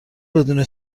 بدون